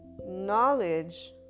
knowledge